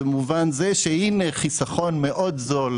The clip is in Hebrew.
במובן זה שהינה חיסכון מאוד זול,